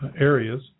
areas